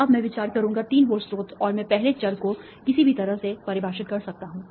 अब मैं विचार करूंगा तीन वोल्ट स्रोत और मैं पहले चर को किसी भी तरह से परिभाषित कर सकता हूं